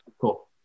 cool